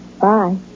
Bye